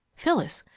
phyllis,